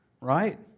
right